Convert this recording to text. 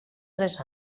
tres